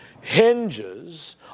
hinges